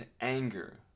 anger